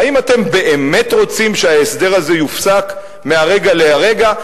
האם אתם באמת רוצים שההסדר הזה יופסק מהרגע להרגע?